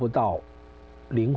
without being